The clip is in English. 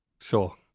Sure